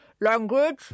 Language